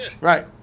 right